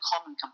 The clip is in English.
common